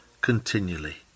continually